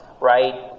right